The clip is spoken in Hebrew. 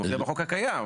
זה מופיע בחוק הקיים.